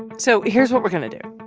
and so here's what we're going to do.